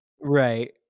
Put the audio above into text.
Right